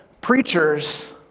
preachers